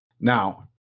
Now